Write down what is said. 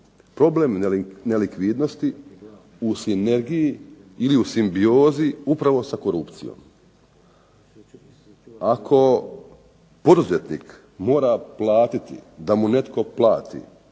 problem nelikvidnosti u sinergiji ili u simbiozi upravo sa korupcijom. Ako poduzetnik mora platiti da mu netko plati